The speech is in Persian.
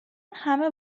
همه